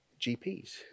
GPs